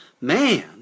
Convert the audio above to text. man